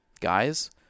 guys